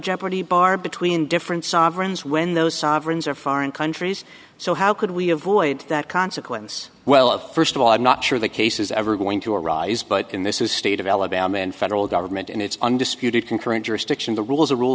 jeopardy bar between different sovereigns when those sovereigns are foreign countries so how could we avoid that consequence well of first of all i'm not sure the case is ever going to arise but in this is state of alabama and federal government and it's undisputed concurrent jurisdiction the rules are rule